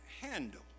handle